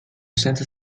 senza